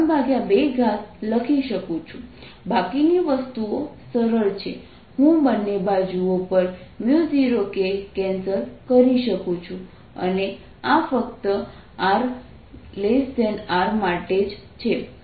બાકીની વસ્તુઓ સરળ છે હું બંને બાજુઓ પર 0k કેન્સલ કરી શકું છું અને આ ફક્ત rR માટે જ છે